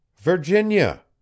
Virginia